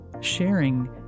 sharing